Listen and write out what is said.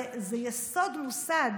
זה יסוד מוסד